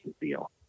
deal